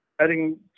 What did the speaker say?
adding